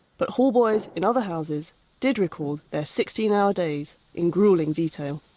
but hallboys in other houses did record their sixteen hour days in gruelling detail.